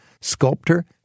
sculptor